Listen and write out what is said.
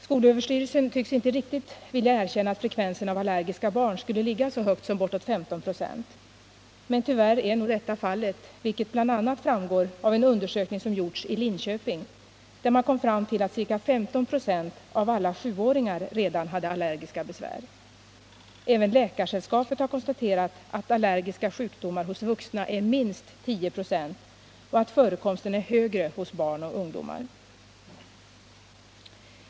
Skolöverstyrelsen tycks inte riktigt vilja erkänna att frekvensen av allergiska barn skulle ligga så högt som bortåt 15 26. Men tyvärr är nog detta fallet, vilket bl.a. framgår av en undersökning som gjorts i Linköping, där man kom fram till att ca 15 96 av alla sjuåringar redan hade allergiska besvär. Även Läkaresällskapet har konstaterat att allergiska sjukdomar hos vuxna är minst 10 26 och att förekomsten är högre hos barn och ungdomar.